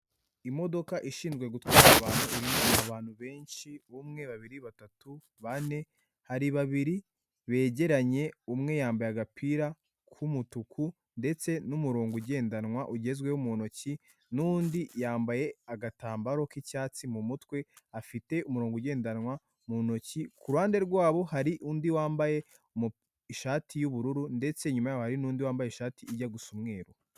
Imodoka ishinzwe gutwara abantu benshi, umwe, babiri, batatu, bane, hari babiri begeranye, umwe yambaye agapira k'umutuku ndetse n'umurongo ugendanwa ugezweho mu ntoki n'undi yambaye agatambaro k'icyatsi mu mutwe, afite umurongo ugendanwa mu ntoki, ku ruhande rwabo hari undi wambaye ishati y'ubururu ndetse inyuma yaho hari n'undi wambaye ishati ijya gusa umweru.